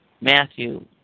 Matthew